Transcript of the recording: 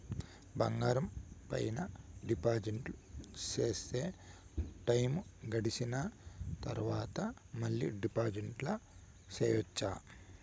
బంగారం పైన డిపాజిట్లు సేస్తే, టైము గడిసిన తరవాత, మళ్ళీ డిపాజిట్లు సెయొచ్చా?